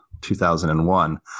2001